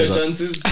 chances